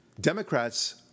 Democrats